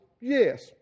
Yes